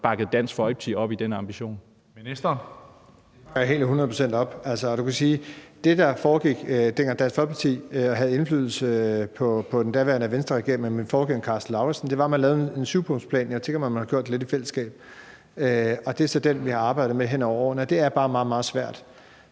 Det bakker jeg helt hundrede procent op. Altså, det, der foregik, dengang Dansk Folkeparti havde indflydelse på den daværende Venstreregering med min forgænger Karsten Lauritzen som skatteminister, var, at man lavede en 7-punktsplan – jeg tænker, at man har gjort det lidt i fællesskab – og det er så den, vi har arbejdet med hen over årene. Det er bare meget, meget svært,